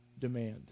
demand